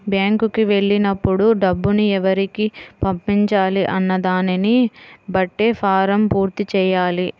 బ్యేంకుకి వెళ్ళినప్పుడు డబ్బుని ఎవరికి పంపించాలి అన్న దానిని బట్టే ఫారమ్ పూర్తి చెయ్యాలి